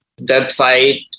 website